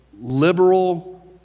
liberal